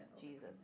Jesus